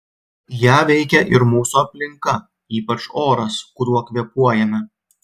ją veikia ir mūsų aplinka ypač oras kuriuo kvėpuojame